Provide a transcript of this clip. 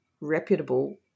reputable